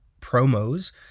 promos